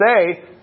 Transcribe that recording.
say